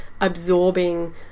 absorbing